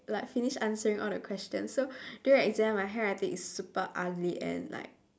like finish the answering all the question so during exam my handwriting is super ugly and like